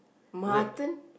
mutton